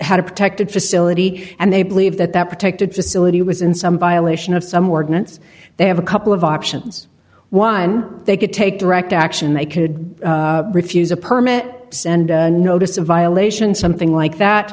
had a protected facility and they believe that that protected facility was in some violation of some wardens they have a couple of options one they could take direct action they could refuse a permit send a notice a violation something like that